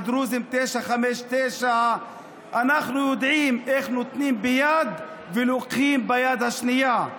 והדרוזים 959. אנחנו יודעים איך נותנים ביד ולוקחים ביד השנייה.